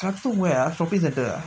katong where ah